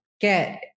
get